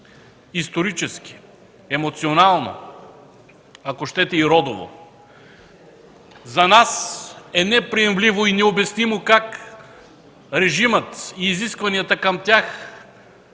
исторически, емоционално, ако щете и родово. За нас е неприемливо и необяснимо как режимът и изискванията към тях могат